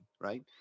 Right